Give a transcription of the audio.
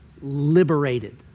liberated